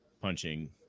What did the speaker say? punching